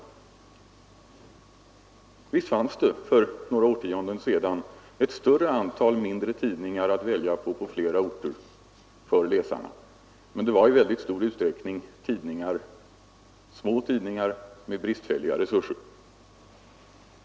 Visst fanns det för några årtionden sedan ett större antal tidningar på flera orter att välja mellan för läsarna, men det var i väldigt stor utsträckning små tidningar med bristfälliga resurser.